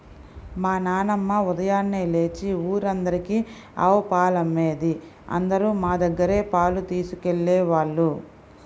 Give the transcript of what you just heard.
మా నాన్నమ్మ ఉదయాన్నే లేచి ఊరందరికీ ఆవు పాలమ్మేది, అందరూ మా దగ్గరే పాలు తీసుకెళ్ళేవాళ్ళు